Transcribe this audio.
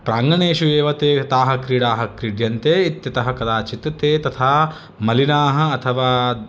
प्राङ्गणेषु एव ते ताः क्रीडाः क्रीड्यन्ते इत्यतः कदाचित् ते तथा मलिनाः अथवा